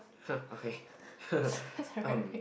ha okay um